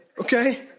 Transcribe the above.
Okay